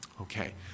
Okay